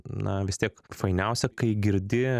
na vis tiek fainiausia kai girdi